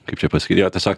kaip čia pasakyt jo tiesiog